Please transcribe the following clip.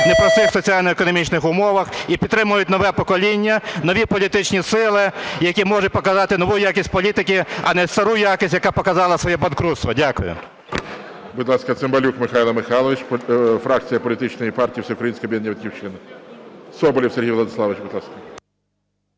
у непростих соціально-економічних умовах - і підтримають нове покоління, нові політичні сили, які можуть показати нову якість політики, а не стару якість, яка показала своє банкрутство. Дякую.